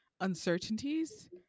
uncertainties